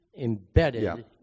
embedded